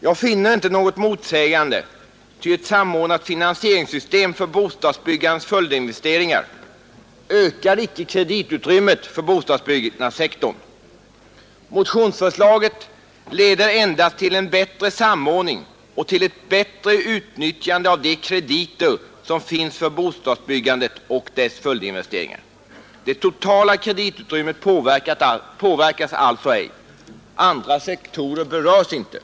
Jag finner inte något motsägande däri, ty ett samordnat finansieringssystem för bostadsbyggandets följdinvesteringar ökar inte kreditutrymmet för bostadsbyggnadssektorn. Motionsförslaget leder endast till en bättre samordning och ett bättre utnyttjande av de krediter som finns för bostadsbyggandet och dess följdinvesteringar. Det totala kreditutrymmet påverkas alltså ej. Andra sektorer berörs inte.